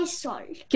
salt